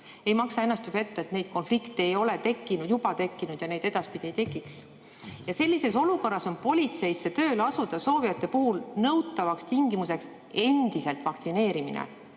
Ei maksa ennast petta, et neid konflikte ei ole juba tekkinud ja neid edaspidi ei teki. Ja sellises olukorras on politseisse tööle asuda soovijate puhul nõutavaks tingimuseks endiselt vaktsineerimine.